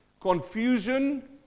confusion